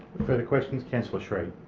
further questions? councillor sri.